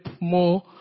more